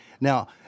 Now